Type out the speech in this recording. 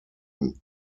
him